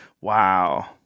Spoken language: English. Wow